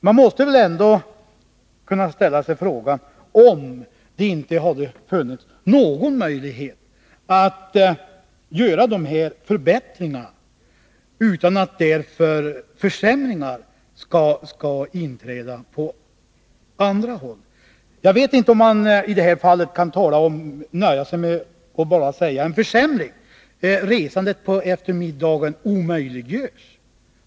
Man måste ändå ställa frågan, om det inte hade funnits någon möjlighet att göra de här förbättringarna utan att försämringar inträdde på andra håll. Jag vet inte om det är riktigt att nöja sig med att bara konstatera att det blivit en försämring, när det i själva verket är så att resandet på eftermiddagen från Ådalen omöjliggörs.